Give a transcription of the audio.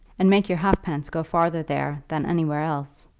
and make your halfpence go farther there than anywhere else.